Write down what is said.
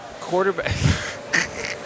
Quarterback